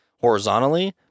Horizontally